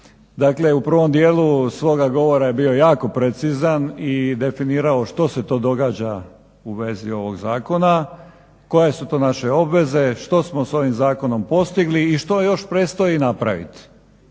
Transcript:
Dakle, u prvom dijelu svoga govora je bio jako precizan i definirao što se to događa u vezi ovog zakona, koje su to naše obveze, što smo s ovim zakonom postigli i što još predstoji napraviti.